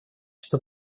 что